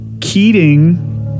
Keating